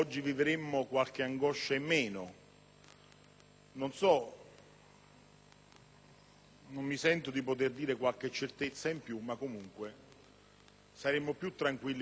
non mi sento di poter dire qualche certezza in più, ma comunque saremmo più tranquilli perché in qualche modo